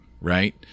Right